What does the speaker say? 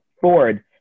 Ford